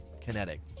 kinetic